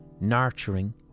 nurturing